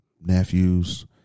nephews